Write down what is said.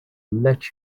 let